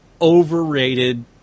overrated